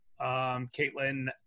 caitlin